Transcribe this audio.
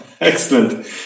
Excellent